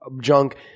junk